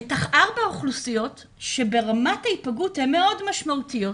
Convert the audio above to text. זה ארבע האוכלוסיות שברמת ההיפגעות הן מאוד משמעותיות: